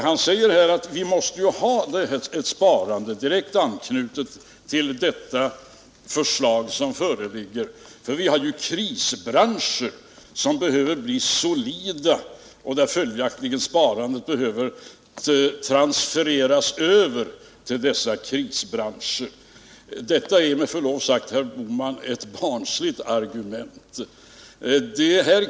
Han säger att vi måste ha ett sparande av det slag som här föreslås, för vi har ju krisbranscher som behöver bli solida. Sparandet behöver följaktligen transfereras över till dessa branscher. Detta är med förlov sagt, herr Bohman, ett barnsligt argument.